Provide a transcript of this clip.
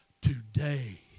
Today